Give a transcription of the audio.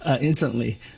instantly